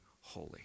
holy